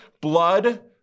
Blood